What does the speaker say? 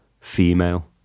female